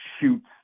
shoots